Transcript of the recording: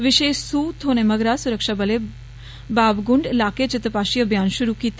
विशेष सूह थ्होने मगरा सुरक्षाबलें बाबगुबड़ इलाके च तपाशी अभियान शुरू कीता